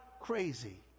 crazy